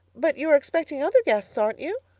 but you are expecting other guests, aren't you?